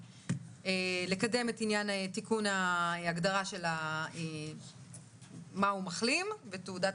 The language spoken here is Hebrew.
לקדם את ענין תיקון ההגדרה של מה הוא מחלים ותעודת